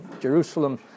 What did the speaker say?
Jerusalem